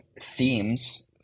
themes